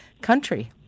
country